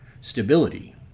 stability